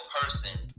person